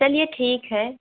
चलिए ठीक है